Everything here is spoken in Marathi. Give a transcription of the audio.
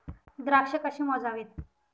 द्राक्षे कशी मोजावीत?